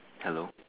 hello